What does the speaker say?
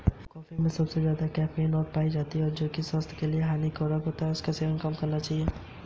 एक बार आपके पास क्रेडिट कार्ड हो जाने पर कुछ क्रेडिट कार्ड शुल्क से बचने के कुछ तरीके क्या हैं?